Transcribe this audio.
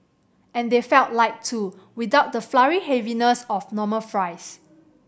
and they felt light too without the floury heaviness of normal fries